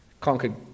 conquered